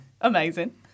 Amazing